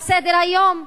על סדר-היום,